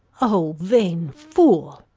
o vain fool!